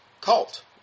cult